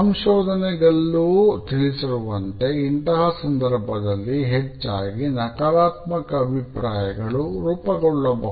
ಸಂಶೋಧನಗೆಲ್ಲೂ ತಿಳಿಸಿರುವಂತೆ ಇಂತಹ ಸಂದರ್ಭದಲ್ಲಿ ಹೆಚ್ಚಾಗಿ ನಕಾರಾತ್ಮಕ ಅಭಿಪ್ರಾಯಗಳು ರೂಪಗೊಳ್ಳಬಹುದು